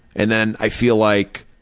and then i feel like